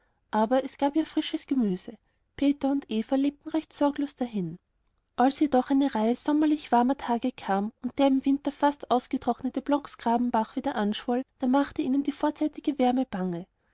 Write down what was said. aber es gab ja frisches gemüse peter und eva lebten recht sorglos dahin als jedoch eine reihe sommerlich warmer tage kam und der im winter fast ausgetrocknete bocksgrabenbach wieder anschwoll da machte ihnen die vorzeitige wärme bange